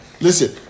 Listen